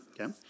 okay